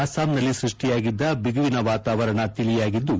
ಅಸ್ಸಾಂನಲ್ಲಿ ಸೃಷ್ಷಿಯಾಗಿದ್ದ ಬಿಗುವಿನ ವಾತಾವರಣ ತಿಳಿಯಾಗಿದ್ದು